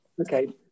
Okay